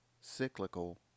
cyclical